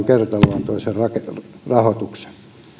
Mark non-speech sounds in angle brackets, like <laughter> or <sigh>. <unintelligible> kertaluontoisen rahoituksen